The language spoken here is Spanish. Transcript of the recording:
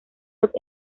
los